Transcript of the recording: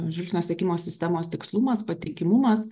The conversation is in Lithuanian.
žvilgsnio sekimo sistemos tikslumas patikimumas